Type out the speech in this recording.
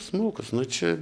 smulkūs nu čia